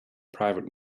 private